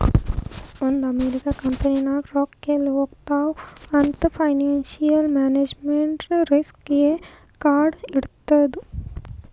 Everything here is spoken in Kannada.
ಒಂದ್ ಅಮೆರಿಕಾ ಕಂಪನಿನಾಗ್ ರೊಕ್ಕಾ ಎಲ್ಲಿ ಹೊಲಾತ್ತಾವ್ ಅಂತ್ ಫೈನಾನ್ಸಿಯಲ್ ಮ್ಯಾನೇಜ್ಮೆಂಟ್ ರಿಸ್ಕ್ ಎ ಕಂಡ್ ಹಿಡಿತ್ತು